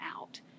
out